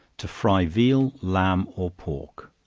to fry veal, lamb or pork.